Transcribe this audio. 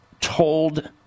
told